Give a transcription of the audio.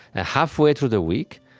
and halfway through the week,